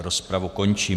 Rozpravu končím.